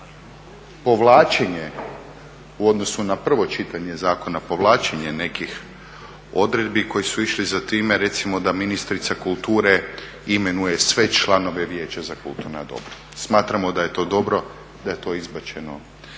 povlačenje u odnosu na prvo čitanje zakona, povlačenje nekih odredbi koji su išli za time da recimo ministrica kulture imenuje sve članove Vijeća za kulturna dobra. Smatramo da je to dobro da je to izbačeno